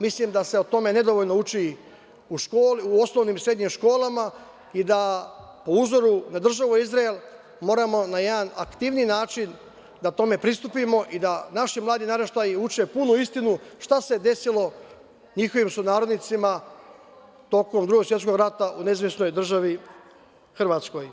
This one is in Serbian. Mislim da se o tome nedovoljno uči u osnovnim i srednjim školama i da po uzoru na državu Izrael moramo na jedan aktivniji način da tome pristupimo i da naši mladi naraštaji uče punu istinu šta se desilo njihovim sunarodnicima tokom Drugog svetskog rata u NDH.